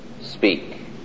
speak